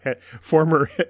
former